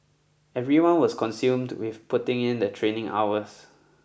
everyone was consumed with putting in the training hours